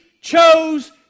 chose